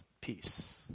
peace